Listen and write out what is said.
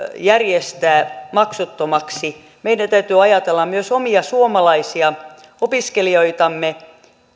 järjestää maksuttomaksi meidän täytyy ajatella myös omia suomalaisia opiskelijoitamme